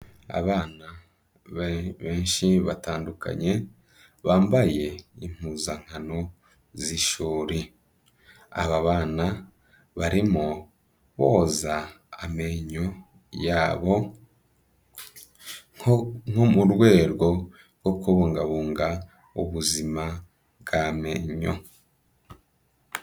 Abana benshi batandukanye, bambaye impuzankano z'ishuri. Aba bana barimo boza amenyo yabo nko mu rwego rwo kubungabunga ubuzima bw'amenyo.